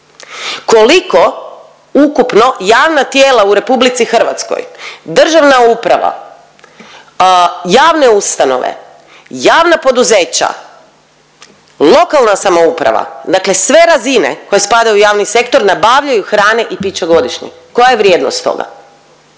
Koliko ukupno javna tijela u Republici Hrvatskoj, državna uprava, javne ustanove, javna poduzeća, lokalna samouprava, dakle sve razine koje spadaju u javni sektor nabavljaju hrane i pića godišnje? Koja je vrijednost toga?